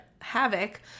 havoc